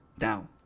Now